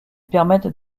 permettent